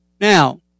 Now